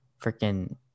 freaking